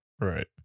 Right